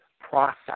process